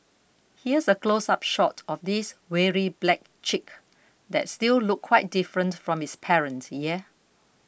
here's a close up shot of this weary black chick that still looked quite different from its parent yeah